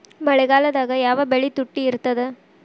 ಮಳೆಗಾಲದಾಗ ಯಾವ ಬೆಳಿ ತುಟ್ಟಿ ಇರ್ತದ?